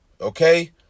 okay